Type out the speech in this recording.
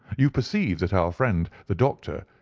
you perceive that our friend, the doctor,